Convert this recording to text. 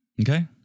Okay